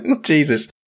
Jesus